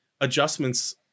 adjustments